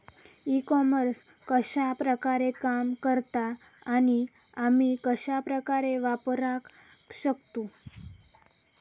E commerce कश्या प्रकारे काम करता आणि आमी कश्या प्रकारे वापराक शकतू?